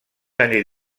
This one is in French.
années